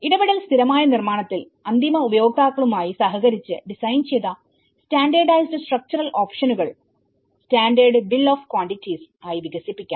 ഇടപെടൽ സ്ഥിരമായ നിർമ്മാണമാണെങ്കിൽഅന്തിമ ഉപയോക്താക്കളുമായി സഹകരിച്ച് ഡിസൈൻ ചെയ്ത സ്റ്റാൻഡേർഡൈസ്ഡ് സ്ട്രക്ച്ചറൽ ഓപ്ഷനുകൾ സ്റ്റാൻഡേർഡ് ബിൽ ഓഫ് ക്വാണ്ടിറ്റീസ് ആയി വികസിപ്പിക്കാം